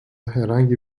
herhangi